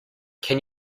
can